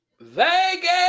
Vegas